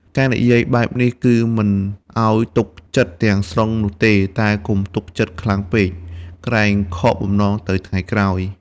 ការនិយាយបែបនេះ គឺមិនឱ្យទុកចិត្តទាំងស្រុងនោះទេ តែកុំទុកចិត្តខ្លាំងពេក ក្រែងខកបំណងទៅថ្ងៃក្រោយ។